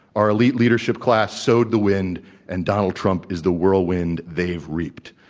our elite leadership class sowed the wind and donald trump is the whirlwind they've reaped.